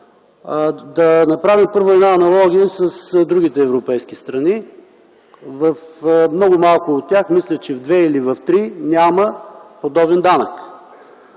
Да направим първо аналогия с другите европейски страни! В много малко от тях, мисля в две или три страни няма подобен данък.